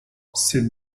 sit